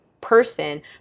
person